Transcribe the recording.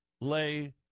lay